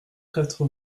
quatre